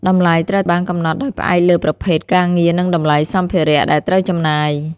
តម្លៃត្រូវបានកំណត់ដោយផ្អែកលើប្រភេទការងារនិងតម្លៃសម្ភារៈដែលត្រូវចំណាយ។